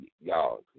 y'all